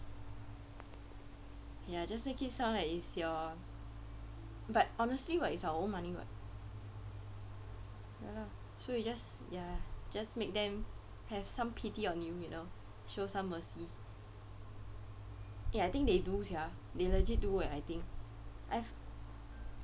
ya just make it sound like it's your but honestly [what] it's our own money [what] ya lah so you just ya just make them have some pity on you you know show some mercy eh I think they do sia they legit do eh I think I f~